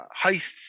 heists